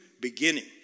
beginning